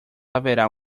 haverá